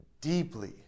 deeply